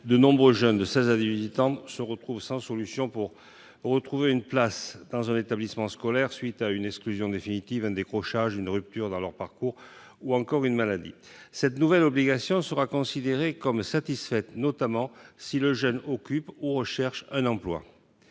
de nombreux jeunes de 16 ans à 18 ans sont démunis de solution pour retrouver une place dans un établissement scolaire à la suite d'une exclusion définitive, d'un décrochage ou d'une rupture dans leur parcours, voire une maladie. Cette nouvelle obligation sera considérée comme satisfaite notamment si le jeune occupe ou recherche un emploi.